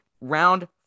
round